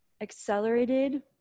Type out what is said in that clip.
accelerated